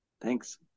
Thanks